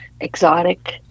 exotic